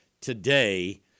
today